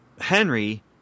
Henry